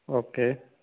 okay